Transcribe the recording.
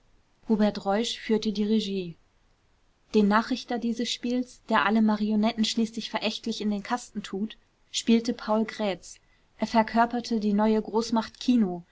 hubert reusch führte die regie den nachrichter dieses spiels der alle marionetten schließlich verächtlich in den kasten tut spielte paul graetz er verkörperte die neue großmacht kino